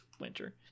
Winter